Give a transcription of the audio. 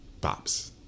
Bops